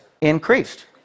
increased